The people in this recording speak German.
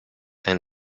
ein